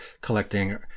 collecting